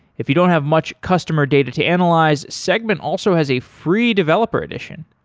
if you don't have much customer data to analyze, segment also has a free developer edition.